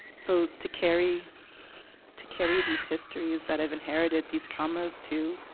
so to carry to carry these histories that i've inherited, these traumas too,